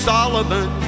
Solomon